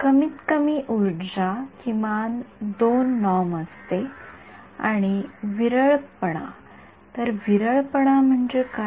कमीतकमी उर्जा किमान २ नॉर्म असते आणि विरळपणा तर विरळपणा म्हणजे काय